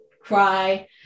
cry